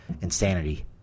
insanity